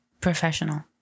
professional